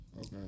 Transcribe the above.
Okay